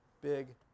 big